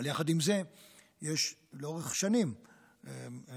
אבל יחד עם זה יש לאורך שנים פטור